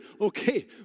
okay